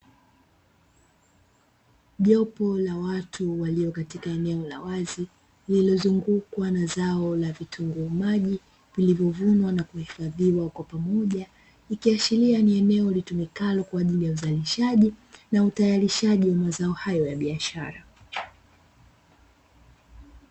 Jopo la watu walio katika eneo la wazi, lililozungukwa na zao la vitunguu maji, vilivyovunwa na kuhifadhiwa kwa pamoja, ikiashiria ni eneo litumikalo kwa ajili ya uzalishaji na utayarishaji wa mazao hayo ya biashara.